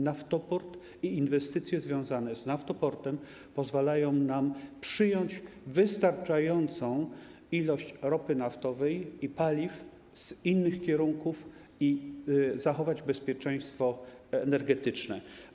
Naftoport i inwestycje związane z Naftoportem pozwalają nam przyjąć wystarczającą ilość ropy naftowej i paliw z innych kierunków i zachować bezpieczeństwo energetyczne.